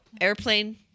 airplane